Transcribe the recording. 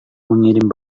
mengirim